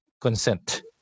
consent